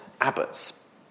abbots